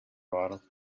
waren